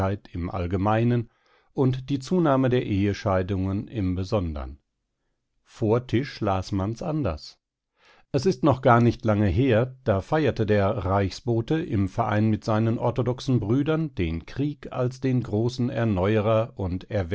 im allgemeinen und die zunahme der ehescheidungen im besondern vor tisch las man's anders es ist noch gar nicht lange her da feierte der reichsbote im verein mit seinen orthodoxen brüdern den krieg als den großen erneuerer